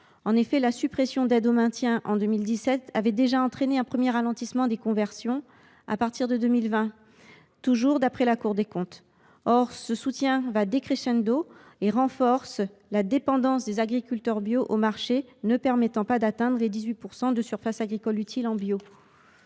En effet, la suppression des aides au maintien en 2017 avait déjà entraîné un premier ralentissement des conversions à partir de 2020, toujours d’après la Cour des comptes. Or, ce soutien va et renforce la dépendance des agriculteurs bio au marché, ne permettant pas d’atteindre les 18 % de surface agricole utile en bio.